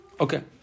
Okay